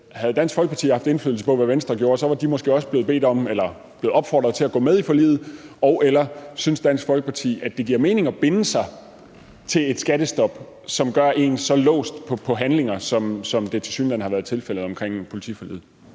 havde Dansk Folkeparti haft indflydelse på, hvad Venstre gjorde, så var de måske også blevet bedt om eller opfordret til at gå med i forliget, og synes Dansk Folkeparti, at det giver mening at binde sig til et skattestop, som gør en så låst på handlinger, som det tilsyneladende har været tilfældet omkring politiforliget?